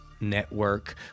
network